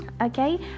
Okay